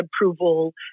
approval